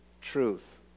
truth